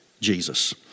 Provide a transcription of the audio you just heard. Jesus